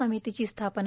समितीची स्थापना